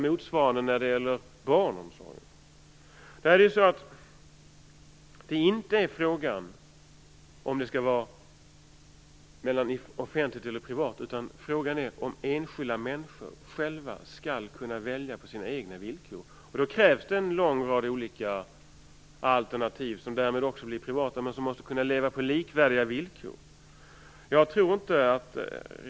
Motsvarande gäller beträffande barnomsorgen. Frågan handlar inte om offentligt eller privat, utan frågan är om enskilda människor själva skall kunna välja på sina egna villkor. Då krävs det en lång rad olika alternativ, som därmed också blir privata men som måste kunna ha likvärdiga villkor.